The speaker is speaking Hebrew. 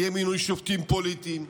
יהיה מינוי שופטים פוליטיים,